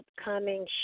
upcoming